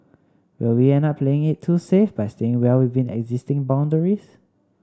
will we end up playing it too safe by staying well within existing boundaries